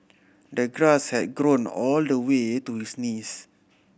the grass had grown all the way to his knees